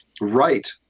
right